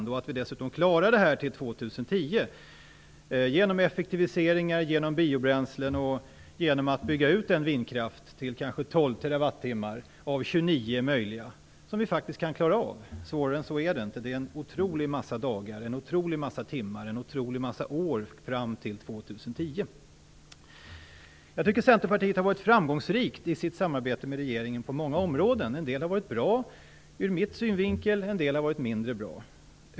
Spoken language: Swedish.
Vi är dessutom överens om att vi klarar detta fram till år 2010 - genom effektiveringar, genom biobränslen och genom att bygga ut den vindkraft som vi kan klara av, till kanske 12 TWh av 29 möjliga. Svårare än så är det inte - det är en otrolig massa timmar, en otrolig massa dagar, en otrolig massa år fram till 2010. Jag tycker att Centerpartiet har varit framgångsrikt på många områden i sitt samarbete med regeringen. En del har varit bra, ur min synvinkel, en del har varit mindre bra.